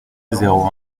zéro